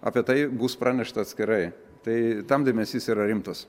apie tai bus pranešta atskirai tai tam dėmesys yra rimtas